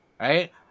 Right